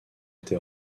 été